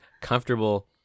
comfortable